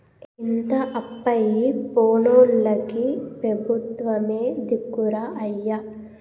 ఇంత అప్పయి పోనోల్లకి పెబుత్వమే దిక్కురా అయ్యా